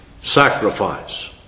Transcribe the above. sacrifice